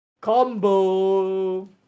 Combo